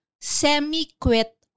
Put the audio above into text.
semi-quit